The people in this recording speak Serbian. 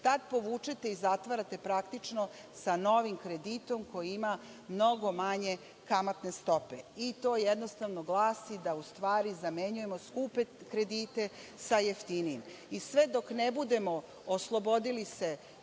tad povučete i zatvarate praktično sa novim kreditom koji ima mnogo manje kamatne stope. To jednostavno glasi da u stvari zamenjujemo skupe kredite sa jeftinijim. I sve dok ne budemo oslobodili se